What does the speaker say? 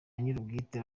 nyir’ubwite